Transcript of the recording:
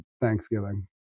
Thanksgiving